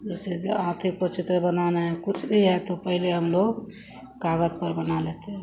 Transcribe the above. जैसे जो चित्र बनाना हे कुछ भी हे तो पहले हम लोग कागत पर बना लेते हैं